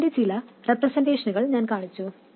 അതിന്റെ ചില റെപ്രസെന്റേഷനുകൾ ഞാൻ കാണിച്ചു